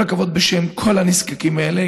כל הכבוד, בשם כל הנזקקים האלה.